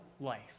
life